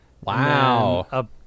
Wow